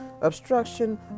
obstruction